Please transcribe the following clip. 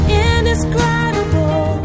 indescribable